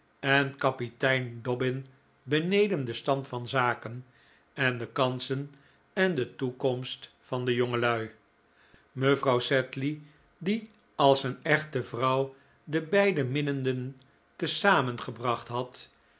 en kapitein dobbin beneden den stand van zaken en de kansen en de toekomst van de jongelui mevrouw sedley die als een echte vrouw de beide minnenden te zamen gebracht had